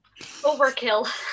Overkill